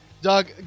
Doug